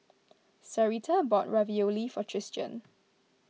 Sarita bought Ravioli for Tristian